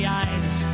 eyes